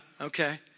okay